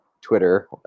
twitter